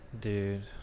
dude